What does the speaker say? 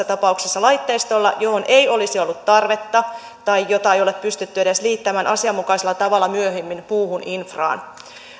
tapauksessa laitteistolla johon ei olisi ollut tarvetta tai jota ei ole pystytty edes liittämään asianmukaisella tavalla myöhemmin muuhun infraan